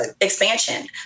expansion